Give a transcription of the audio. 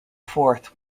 fourth